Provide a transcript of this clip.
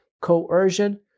coercion